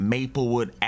Maplewood